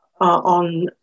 on